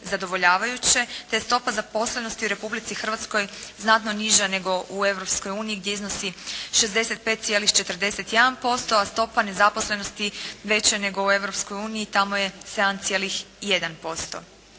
te je stopa zaposlenosti u Republici Hrvatskoj znatno niža nego u Europskoj uniji gdje iznosi 65,41% a stopa nezaposlenosti veća je nego u Europskoj